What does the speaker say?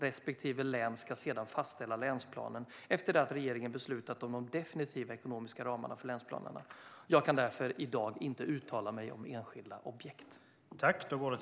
Respektive län ska sedan fastställa länsplanen efter det att regeringen beslutat om de definitiva ekonomiska ramarna för länsplanerna. Jag kan därför i dag inte uttala mig om enskilda objekt.